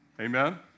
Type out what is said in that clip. Amen